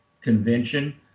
convention